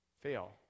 fail